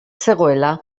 zegoela